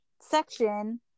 section